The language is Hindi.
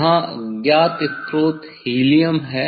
यहाँ अज्ञात स्रोत हीलियम है